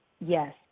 Yes